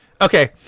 Okay